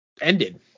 ended